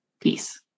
Peace